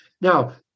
Now